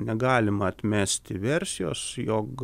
negalima atmesti versijos jog